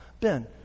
Ben